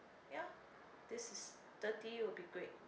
ya this is thirty would be great